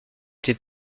été